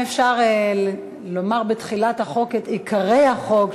אם אפשר לומר בתחילת החוק את עיקרי החוק,